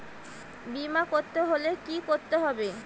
বিমা করতে হলে কি করতে হবে?